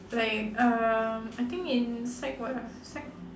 like um I think in sec what ah sec